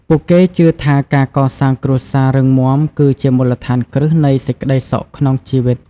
ពួកគេជឿថាការកសាងគ្រួសាររឹងមាំគឺជាមូលដ្ឋានគ្រឹះនៃសេចក្តីសុខក្នុងជីវិត។